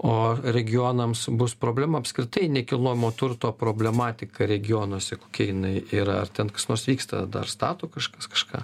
o regionams bus problema apskritai nekilnojamo turto problematika regionuose kokia jinai yra ar ten kas nors vyksta dar stato kažkas kažką